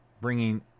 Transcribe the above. bringing